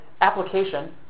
application